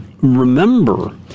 remember